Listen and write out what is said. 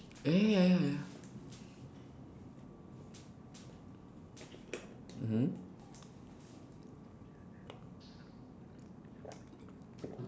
eh ya ya ya